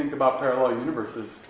and about parallel universes?